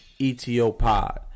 ETOPOD